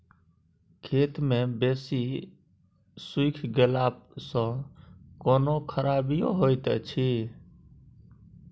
खेत मे बेसी सुइख गेला सॅ कोनो खराबीयो होयत अछि?